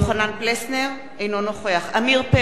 אינו נוכח עמיר פרץ,